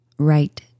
Right